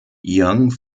young